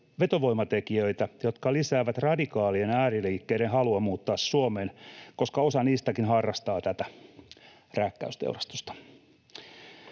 vetovoimatekijöitä, jotka lisäävät radikaalien ääriliikkeiden halua muuttaa Suomeen, koska osa niistäkin harrastaa tätä rääkkäysteurastusta.